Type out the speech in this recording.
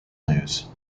news